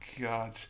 God